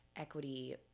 equity